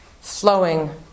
flowing